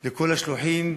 לכל השלוחים,